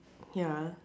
ya